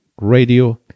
radio